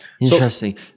Interesting